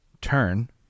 turn